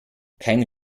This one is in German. kein